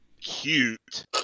cute